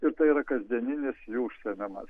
ir tai yra kasdieninis jų užsiėmimas